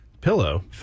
Pillow